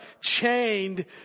chained